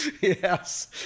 Yes